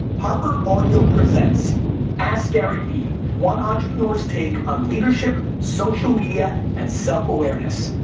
harper audio presents askgaryvee, one entrepreneur's take on leadership, social media, and self-awareness,